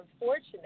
unfortunate